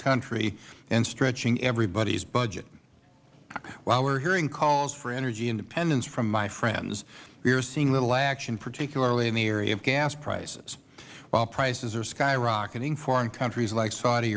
country and stretching everybody's budget while we are hearing calls for energy independence from my friends we are seeing little action particularly in the area of gas prices while prices are skyrocketing foreign countries like saudi